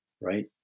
right